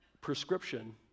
prescription